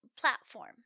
platform